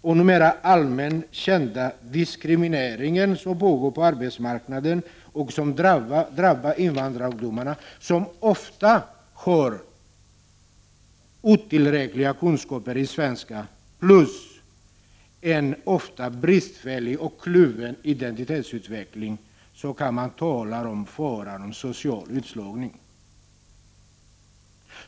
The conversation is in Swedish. och numera allmänt kända diskrimineringen som pågår på arbetsmarknaden och som drabbar invandrarungdomarna — som ofta har otillräckliga kunskaper i svenska och en bristfällig och kluven identitetsutveckling — kan man tala om fara för social utslagning.